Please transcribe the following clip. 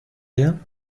dear